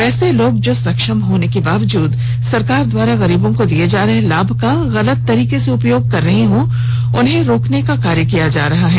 वैसे लोग जो सक्षम होने के बावजुद सरकार द्वारा गरीबों को दिए जा रहे लाम का गलत तरीके से उपयोग कर रहे हैं उनको रोकने का कार्य किया जा रहा है